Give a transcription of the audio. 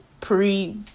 pre